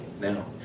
now